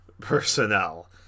personnel